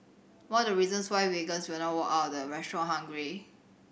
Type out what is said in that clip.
one of the reasons why vegans will not walk out of the restaurant hungry